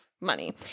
money